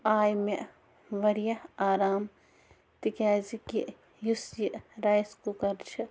آے مےٚ واریاہ آرام تِکیٛازکہِ یُس یہِ رایِس کُکَر چھِ